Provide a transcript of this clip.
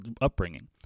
upbringing